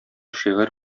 шигырь